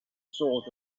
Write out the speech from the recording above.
sort